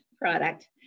product